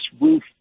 roof